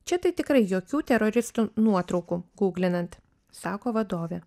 čia tai tikrai jokių teroristų nuotraukų gūglinant sako vadovė